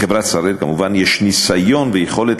לחברת "שראל" כמובן יש ניסיון ויכולת